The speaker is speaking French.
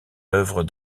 œuvres